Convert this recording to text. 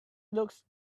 looks